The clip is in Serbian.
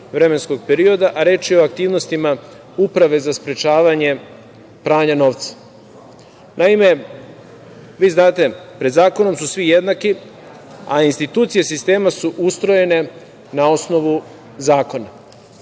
vremenskog perioda, a reč je o aktivnostima Uprave za sprečavanje pranja novca. Naime, vi znate, pred zakonom su svi jednaki, a institucije sistema su ustrojene na osnovu zakona.